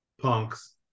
Punks